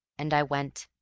and i went.